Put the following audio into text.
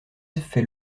fait